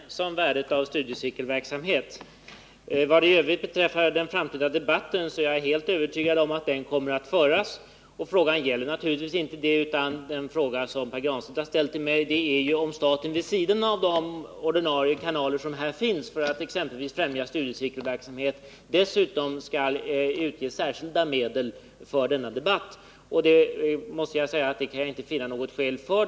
Herr talman! Pär Granstedt och jag är tydligen ense om värdet av studiecirkelverksamheten. Vad i övrigt beträffar den framtida debatten är jag helt övertygad om att den kommer att föras. Frågan gäller dock inte det, utan om staten vid sidan om de ordinarie kanaler som finns för att exempelvis främja studiecirkelverksamhet dessutom skall utge särskilda medel för denna debatt. Jag måste säga att jag inte kan finna några skäl för det.